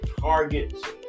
Target's